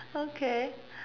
okay